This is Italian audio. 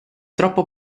troppo